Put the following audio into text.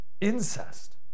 incest